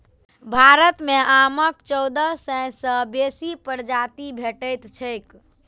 भारत मे आमक चौदह सय सं बेसी प्रजाति भेटैत छैक